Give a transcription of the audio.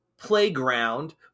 playground